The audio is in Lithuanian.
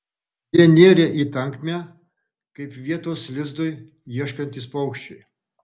jie nėrė į tankmę kaip vietos lizdui ieškantys paukščiai